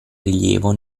rilievo